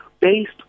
based